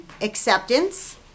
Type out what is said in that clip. acceptance